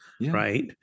Right